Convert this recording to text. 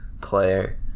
player